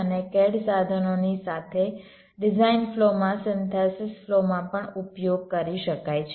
અને CAD સાધનોની સાથે ડિઝાઇન ફ્લોમાં સિન્થેસિસ ફ્લોમાં પણ ઉપયોગ કરી શકાય છે